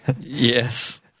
Yes